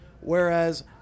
Whereas